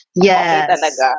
Yes